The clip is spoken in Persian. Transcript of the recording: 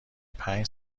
پنج